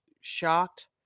shocked